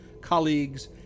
colleagues